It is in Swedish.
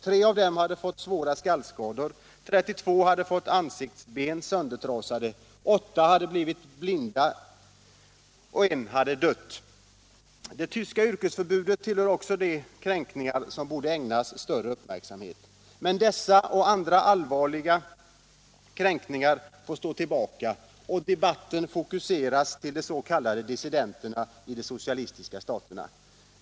Tre av dem hade fått svåra skallskador, 32 hade fått ansiktsben söndertrasade, åtta hade blivit blinda och en hade dött. Det tyska yrkesförbudet tillhör också de kränkningar som borde ägnas större uppmärksamhet. Men dessa och andra allvarliga kränkningar får stå tillbaka, och debatten fokuseras till de s.k. dissidenterna i de socialistiska staterna.